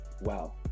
wow